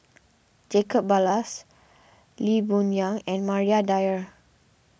Jacob Ballas Lee Boon Yang and Maria Dyer